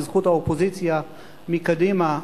בזכות האופוזיציה מקדימה.